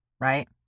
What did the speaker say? Right